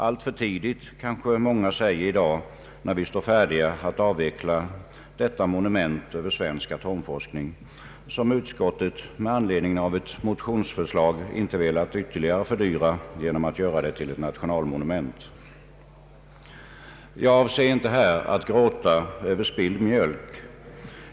Alltför tidigt, kanske många säger i dag, när vi står färdiga att avveckla detta monument över svensk atomforskning, som utskottet med anledning av ett motionsförslag inte velat ytterligare fördyra genom att göra det till ett nationalmonument. Jag avser inte här att ”gråta över spilld mjölk”.